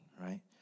right